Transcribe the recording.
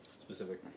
specific